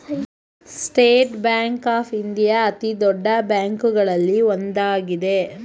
state Bank of India ಅತಿದೊಡ್ಡ ಬ್ಯಾಂಕುಗಳಲ್ಲಿ ಒಂದಾಗಿದೆ